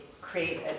create